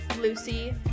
Lucy